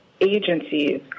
agencies